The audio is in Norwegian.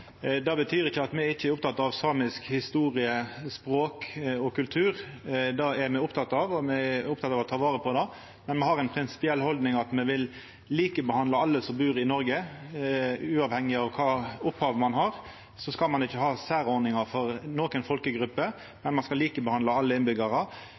Det betyr ikkje at me ikkje er opptekne av samisk historie, språk og kultur. Det er me opptekne av å ta vare på, men me har som prinsipiell haldning at me vil likebehandla alle som bur i Noreg. Uavhengig av kva opphav dei har, skal ein ikkje ha særordningar for